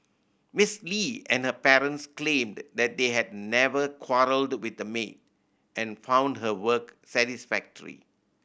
Miss Li and her parents claimed that they had never quarrelled with the maid and found her work satisfactory